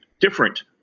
different